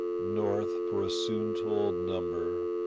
north, for a soon-told number,